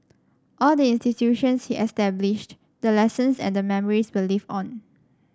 all the institutions he established the lessons and the memories will live on